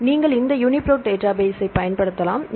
எனவே நீங்கள் இந்த யூனிபிரோட் டேட்டாபேஸ்ஸைப் பயன்படுத்தலாம்